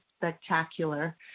spectacular